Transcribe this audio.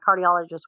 cardiologist